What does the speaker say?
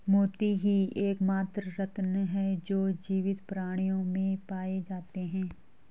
मोती ही एकमात्र रत्न है जो जीवित प्राणियों में पाए जाते है